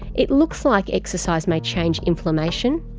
it looks like exercise may change inflammation,